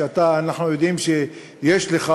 שאנחנו יודעים שיש לך,